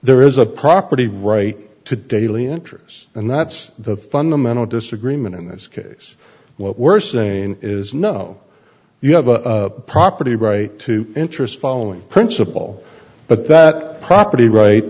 there is a property right to daily interest and that's the fundamental disagreement in this case what we're saying is no you have a property right to interest following principle but that property right